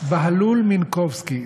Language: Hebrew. בהלול-מינקובסקי.